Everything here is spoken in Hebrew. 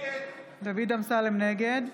נגד